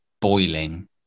boiling